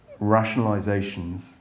rationalizations